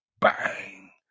bang